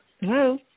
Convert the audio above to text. Hello